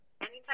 anytime